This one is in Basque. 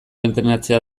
entrenatzea